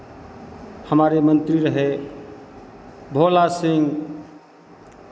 हमारे मंत्री रहे भोला सिंह